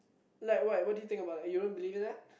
like what what do you think about like you don't believe in that